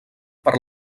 per